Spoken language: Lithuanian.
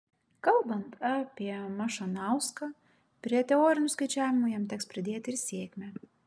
kalbant apie mašanauską prie teorinių skaičiavimų jam teks pridėti ir sėkmę